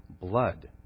blood